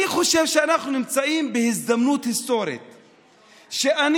אני חושב שאנחנו נמצאים בהזדמנות היסטורית שאני,